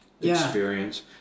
experience